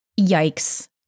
Yikes